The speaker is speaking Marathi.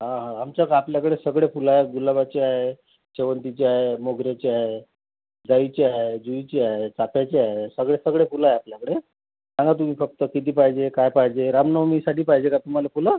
हां हां आमच्याक् आपल्याकडे सगळे फुलं आहेत गुलाबाचे आहे शेवंतीचे आहे मोगऱ्याचे आहे जाईची आहे जुईची आहे चाफ्याची आहे सगळे सगळे फुलं आहे आपल्याकडे सांगा तुम्ही फक्त किती पाहिजे काय पाहिजे रामनवमीसाठी पाहिजे का तुम्हाला फुलं